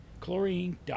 chlorine